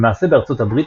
למעשה בארצות הברית